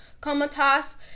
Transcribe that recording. comatose